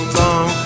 long